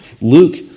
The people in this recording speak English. Luke